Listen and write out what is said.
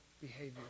behavior